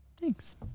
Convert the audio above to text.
Thanks